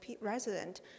resident